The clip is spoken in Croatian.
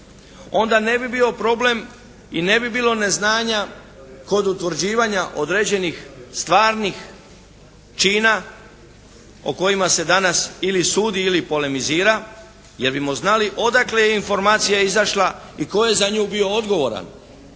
Onda ne bi bio problem i ne bi bilo neznanja kod utvrđivanja određenih stvarnih čina o kojima se danas ili sudi ili polemizira jer bismo znali odakle je informacija izašla i tko je za nju bio odgovoran.